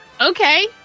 Okay